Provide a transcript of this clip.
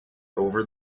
over